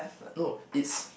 no it's